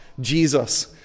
Jesus